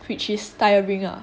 which is tiring ah